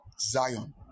Zion